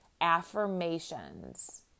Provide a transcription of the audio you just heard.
affirmations